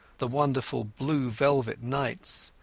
the wonderful blue-velvet nights.